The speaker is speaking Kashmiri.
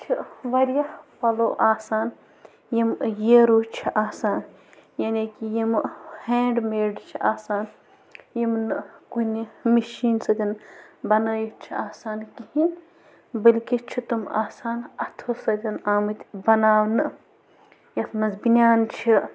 چھِ واریاہ پَلَو آسان یِم یِیریو چھِ آسان یعنی کہِ یِمہٕ ہینڈ میڈ چھِ آسان یِم نہٕ کُنہِ مِشیٖن سۭتۍ بناوِتھ چھِ آسان کِہیٖنۍ بلکہِ چھِ تِم آسان اَتھَو سۭتۍ آمٕتۍ بناونہٕ یَتھ منٛز بٔنۍیان چھِ